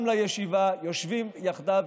תודה.